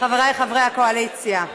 חבריי חברי הקואליציה,